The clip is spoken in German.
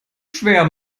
schwer